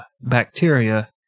bacteria